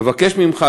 אבקש ממך,